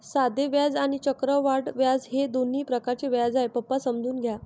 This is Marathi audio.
साधे व्याज आणि चक्रवाढ व्याज हे दोन प्रकारचे व्याज आहे, पप्पा समजून घ्या